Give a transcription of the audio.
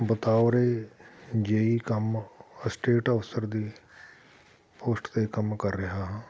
ਬਤੌਰ ਏ ਜੇਈ ਕੰਮ ਸਟੇਟ ਆਫਸਰ ਦੀ ਪੋਸਟ 'ਤੇ ਕੰਮ ਕਰ ਰਿਹਾ ਹਾਂ